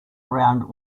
round